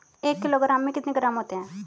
एक किलोग्राम में कितने ग्राम होते हैं?